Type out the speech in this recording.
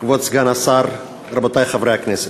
כבוד סגן השר, רבותי חברי הכנסת,